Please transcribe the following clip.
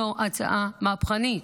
זו הצעה מהפכנית.